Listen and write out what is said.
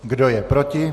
Kdo je proti?